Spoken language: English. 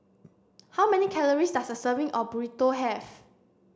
how many calories does a serving of Burrito have